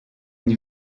une